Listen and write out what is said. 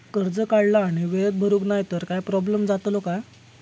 कर्ज काढला आणि वेळेत भरुक नाय तर काय प्रोब्लेम जातलो काय?